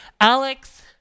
Alex